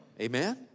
Amen